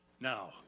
Now